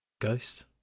Ghost